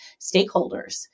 stakeholders